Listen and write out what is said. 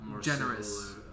generous